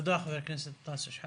תודה, חבר הכנסת שחאדה.